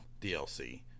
DLC